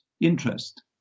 interest